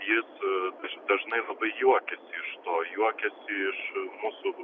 jis daž dažnai labai juokiasi iš to juokiasi iš mūsų